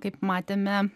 kaip matėme